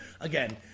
again